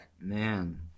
Man